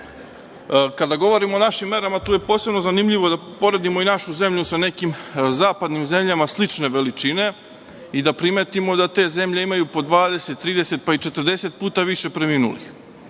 govorimo o našim merama tu je posebno zanimljivo da poredimo i našu zemlju sa nekim zapadnim zemljama slične veličine i da primetimo da te zemlje imaju po 20, 30, pa i 40 puta više preminuli.